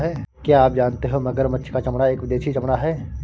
क्या आप जानते हो मगरमच्छ का चमड़ा एक विदेशी चमड़ा है